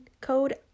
code